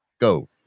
Go